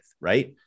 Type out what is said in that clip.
Right